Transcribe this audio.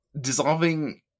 Dissolving